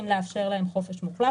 לאן הולך הקנס?